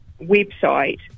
website